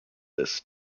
this